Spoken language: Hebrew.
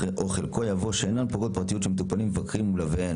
אחרי "או חלקו" יבוא "שאינן יובילו לרתיעה מהדת היהודית".